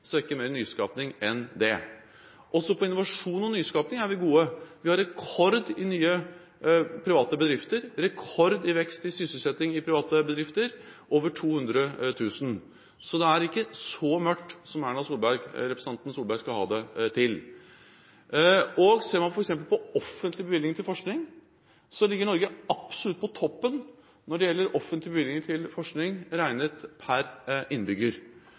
mer enn det. Også på innovasjon og nyskaping er vi gode. Vi har rekord i nye private bedrifter, rekord i vekst i sysselsetting i private bedrifter, over 200 000, så det er ikke så mørkt som representanten Erna Solberg skal ha det til. Ser man f.eks. på offentlige bevilgninger til forskning, ligger Norge absolutt på toppen når man regner per innbygger. Det